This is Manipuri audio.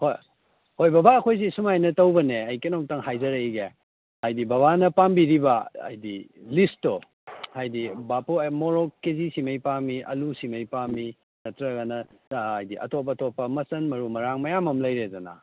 ꯍꯣꯏ ꯍꯣꯏ ꯕꯕꯥ ꯑꯩꯈꯣꯏꯁꯤ ꯁꯨꯃꯥꯏꯅ ꯇꯧꯕꯅꯦ ꯑꯩ ꯀꯩꯅꯣꯝꯇꯪ ꯍꯥꯏꯖꯔꯤꯒꯦ ꯍꯥꯏꯗꯤ ꯕꯕꯥ ꯄꯥꯝꯕꯤꯔꯤꯕ ꯍꯥꯏꯗꯤ ꯂꯤꯁꯇꯣ ꯍꯥꯏꯗꯤ ꯕꯥꯞꯄꯨ ꯃꯣꯔꯣꯛ ꯀꯦꯖꯤ ꯁꯤꯡꯒꯩ ꯄꯥꯝꯃꯤ ꯑꯂꯨ ꯁꯤꯡꯒꯩ ꯄꯥꯝꯃꯤ ꯅꯠꯇ꯭ꯔꯒꯅ ꯍꯥꯏꯗꯤ ꯑꯇꯣꯞ ꯑꯇꯣꯞꯄ ꯃꯆꯟ ꯃꯔꯨ ꯃꯔꯥ ꯃꯌꯥꯝ ꯑꯃ ꯂꯩꯔꯦꯗꯅ